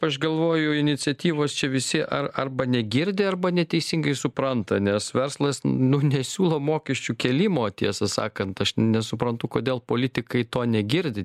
aš galvoju iniciatyvos čia visi ar arba negirdi arba neteisingai supranta nes verslas nu nesiūlo mokesčių kėlimo tiesą sakant aš nesuprantu kodėl politikai to negirdi